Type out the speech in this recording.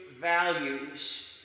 values